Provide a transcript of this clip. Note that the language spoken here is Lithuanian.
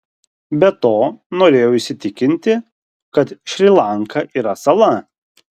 be to norėjau įsitikinti kad šri lanka yra sala